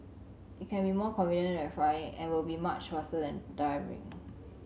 it can be more convenient than flying and will be much faster than driving